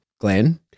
Glenn